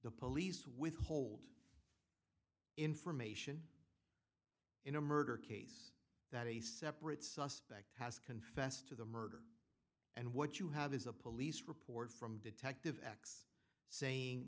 the police withhold information in a murder case that a separate suspect has confessed to the murder and what you have is a police report from detective x saying